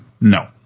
No